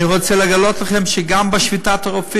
אני רוצה לגלות לכם שגם בזמן שביתת הרופאים